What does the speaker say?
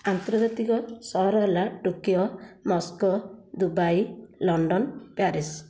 ଆନ୍ତର୍ଜାତୀକ ସହର ହେଲା Tokyo Moscow Dubai London Paris